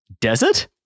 desert